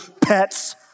pets